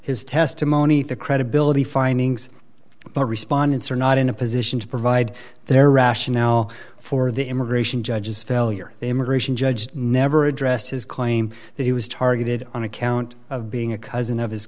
his testimony the credibility findings but respondents are not in a position to provide their rationale for the immigration judges failure immigration judge never addressed his claim that he was targeted on account of being a cousin of his